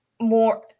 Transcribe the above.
more